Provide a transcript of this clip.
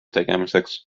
tegemiseks